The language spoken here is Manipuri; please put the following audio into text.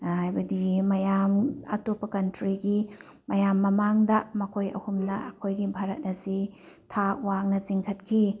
ꯍꯥꯏꯕꯗꯤ ꯃꯌꯥꯝ ꯑꯇꯣꯞꯄ ꯀꯟꯇ꯭ꯔꯤꯒꯤ ꯃꯌꯥꯝ ꯃꯃꯥꯡꯗ ꯃꯈꯣꯏ ꯑꯍꯨꯝꯅ ꯑꯩꯈꯣꯏꯒꯤ ꯚꯥꯔꯠ ꯑꯁꯤ ꯊꯥꯛ ꯋꯥꯡꯅ ꯆꯤꯡꯈꯠꯈꯤ